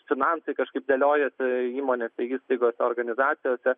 finansai kažkaip dėliojasi įmonėse įstaigose organizacijose